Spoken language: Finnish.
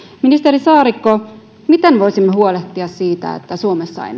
ministeri saarikko miten voisimme huolehtia siitä että suomessa ei